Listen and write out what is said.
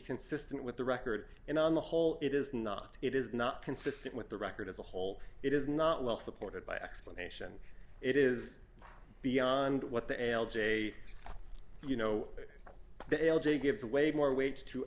consistent with the record and on the whole it is not it is not consistent with the record as a whole it is not well supported by explanation it is beyond what the l j you know that l j gives away more weight to